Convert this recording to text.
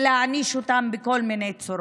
ולהעניש אותם בכל מיני צורות.